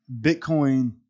Bitcoin